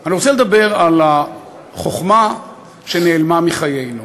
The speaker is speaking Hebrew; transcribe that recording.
אני רוצה לדבר על החוכמה שנעלמה מחיינו.